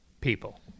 people